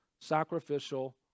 sacrificial